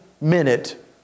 minute